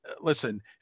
listen